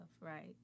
right